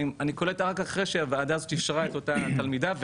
אני קולט רק אחרי שהוועדה הזאת אישרה את אותה תלמידה,